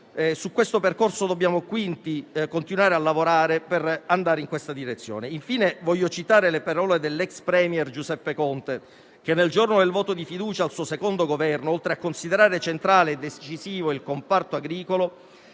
Su questo percorso dobbiamo quindi continuare a lavorare per andare in questa direzione. Infine, voglio citare le parole dell'ex *premier* Giuseppe Conte, che nel giorno del voto di fiducia al suo secondo Governo, oltre a considerare centrale e decisivo il comparto agricolo,